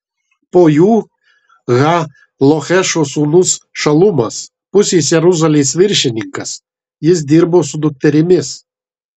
po jų ha lohešo sūnus šalumas pusės jeruzalės viršininkas jis dirbo su dukterimis